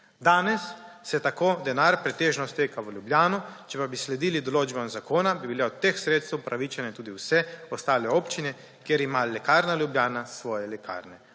Danes se tako denar pretežno izteka v Ljubljano, če pa bi sledili določbam zakona, bi bile do teh sredstev upravičene tudi vse ostale občine, kjer ima Lekarna Ljubljana svoje lekarne.